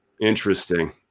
Interesting